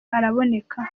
araboneka